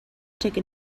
take